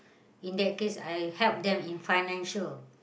in that case I help them in financial